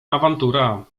awantura